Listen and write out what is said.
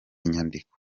nyandiko